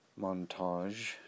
montage